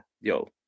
yo